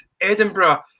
Edinburgh